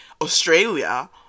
Australia